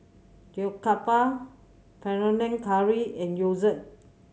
Jokbal Panang Curry and Gyoza